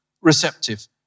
receptive